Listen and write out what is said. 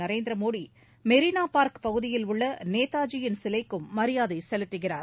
Narendra Modi Marina park பகுதியில் உள்ள நேதாஜியின் சிலைக்கும் மரியாதை செலுத்துகிறார்